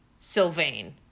Sylvain